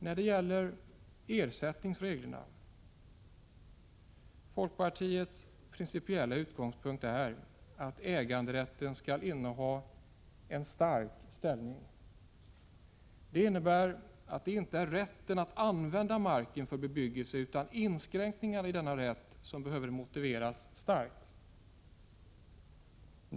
När det gäller ersättningsreglerna är folkpartiets principiella ståndpunkt att äganderätten skall ges en stark ställning. Det innebär att det inte är rätten att använda mark för bebyggelse utan inskränkningar i denna rätt som behöver motiveras.